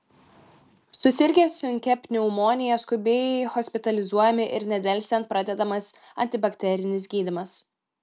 susirgę sunkia pneumonija skubiai hospitalizuojami ir nedelsiant pradedamas antibakterinis gydymas